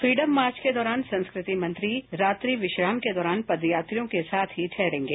freedom march के दौरान संस्कृति मंत्री रात्रि विश्राम के दौरान पदयात्रियों के साथ ही ठहरेंगे